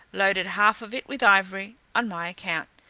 loaded half of it with ivory on my account,